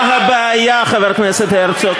מה הבעיה, חבר הכנסת הרצוג?